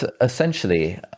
essentially